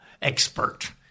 expert